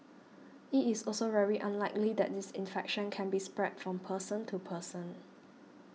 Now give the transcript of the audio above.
it is also very unlikely that this infection can be spread from person to person